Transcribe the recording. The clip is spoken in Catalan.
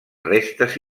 restes